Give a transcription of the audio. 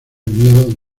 miedo